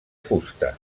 fusta